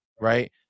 right